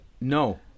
no